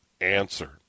answer